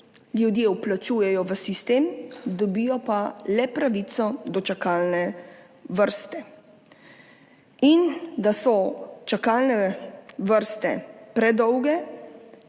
Ljudje vplačujejo v sistem, dobijo pa le pravico do čakalne vrste. Na to, da so čakalne vrste predolge,